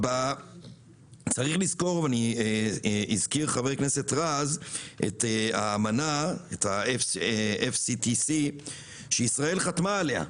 הזכיר חבר הכנסת רז את האמנה FCTC שישראל חתמה עליה.